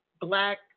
Black